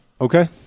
Okay